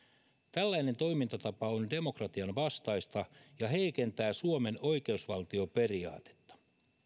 tällainen toimintapa on demokratian vastaista ja heikentää suomen oikeusvaltioperiaatetta